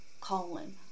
Colin